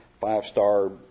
five-star